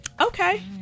okay